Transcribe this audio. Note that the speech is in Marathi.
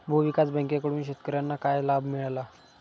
भूविकास बँकेकडून शेतकर्यांना काय लाभ मिळाला?